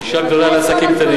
גדולה לעסקים קטנים.